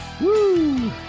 Woo